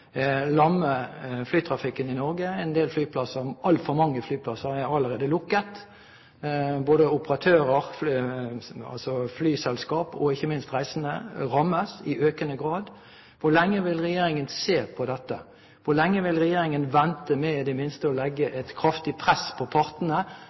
lamme flytrafikken i Norge. Altfor mange flyplasser er allerede lukket. Både operatører, altså flyselskap, og ikke minst reisende rammes i økende grad. Hvor lenge vil Regjeringen se på dette? Hvor lenge vil Regjeringen vente med i det minste å legge